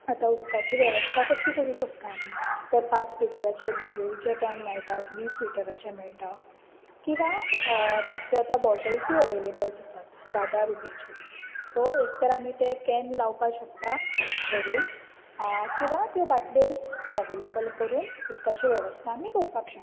आतां उदकाची वेवस्था कशी करुंक शकता आमी ते पांच लिटराचे बिसलेरीचे कॅन मेळटात वीस लिटराचे मेळटात किंवा धाकटे आता बॉटल्सूय अवेलेबल आसात धा धा रुपयाच्यो सो एक तर आमी ते कॅन लावपाक शकतात भरुन किंवा त्यो बाटल्योय अवेलेबल करुन उदकाच्यो वेवस्था आमी करपाक शकतात